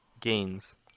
gains